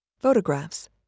photographs